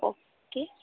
okay